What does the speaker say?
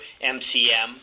MCM